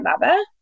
mother